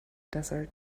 desert